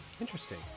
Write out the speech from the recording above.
interesting